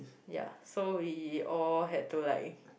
ya so we all had to like